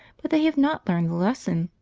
but they have not learned the lesson.